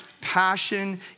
passion